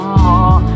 more